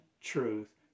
truth